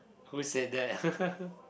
who said that